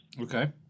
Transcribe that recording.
Okay